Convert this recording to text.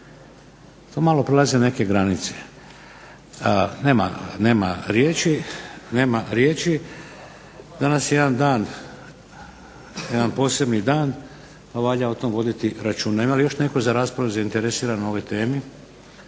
to malo prelazi neke granice. Nema riječi, nema riječi. Danas je jedan dan, jedan posebni dan pa valja o tom voditi računa. Ima li još netko za raspravu zainteresiran o ovoj temi?